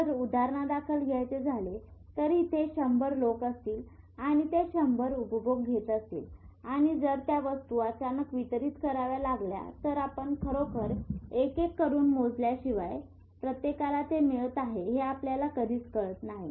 जर उदाहरणादाखल घ्यायचे झाले तर इथे 100 लोक असतील आणि ते 100 उपभोग घेत असतील आणि जर त्या वस्तू अचानक वितरित कराव्या लागल्या तर आपण खरोखर एक एक करून मोजल्याशिवाय प्रत्येकाला ते मिळत आहे हे आपल्याला कधीच कळत नाही